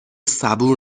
صبور